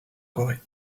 corée